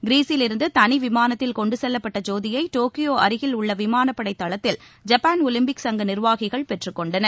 க்ரீஸிலிருந்து தனி விமானத்தில் கொண்டு செல்லப்பட்ட ஜோதியை டோக்கியோ அருகில் உள்ள விமானப்படை தளத்தில் ஜப்பான் ஒலிம்பிக் சங்க நிர்வாகிகள் பெற்றுக் கொண்டனர்